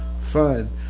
fun